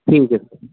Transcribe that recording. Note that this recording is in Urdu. ٹھیک ہے سر